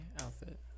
outfit